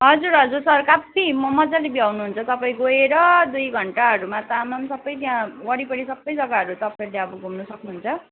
हजुर हजुर सर काफी मज्जाले भ्याउनुहुन्छ तपाईँ गएर दुई घन्टाहरूमा त आम्मामा सबै त्यहाँ वरिपरि सबै जग्गाहरू तपाईँले अब घुम्नु सक्नुहुन्छ